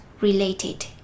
related